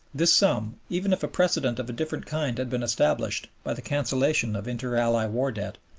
this sum, even if a precedent of a different kind had been established by the cancellation of inter-ally war debt,